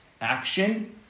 Action